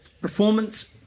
Performance